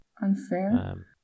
Unfair